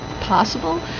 possible